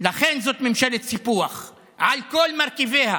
לכן זאת ממשלת סיפוח על כל מרכיביה.